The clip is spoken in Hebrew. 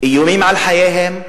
יש איומים על חייהם,